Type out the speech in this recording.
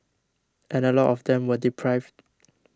and a lot of them were deprived